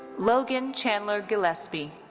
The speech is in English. logan chandler gillespie.